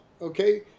okay